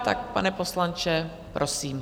Tak, pane poslanče, prosím.